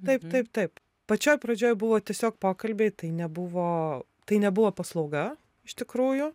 taip taip taip pačioj pradžioj buvo tiesiog pokalbiai tai nebuvo tai nebuvo paslauga iš tikrųjų